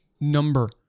number